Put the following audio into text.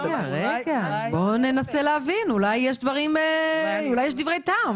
רגע, בואו ננסה להבין, אולי יש דברי טעם.